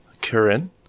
Karen